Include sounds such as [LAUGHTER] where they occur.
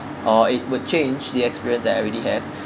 or it would change the experience that I already have [BREATH]